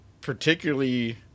particularly